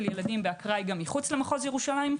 ילדים באקראי גם מחוץ למחוז ירושלים,